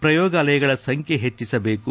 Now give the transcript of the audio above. ಪ್ರಯೋಗಾಲಯಗಳ ಸಂಖ್ಯೆ ಹೆಚ್ಚಿಸಬೇಕು